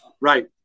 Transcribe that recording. Right